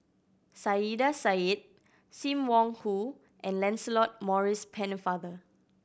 Saiedah Said Sim Wong Hoo and Lancelot Maurice Pennefather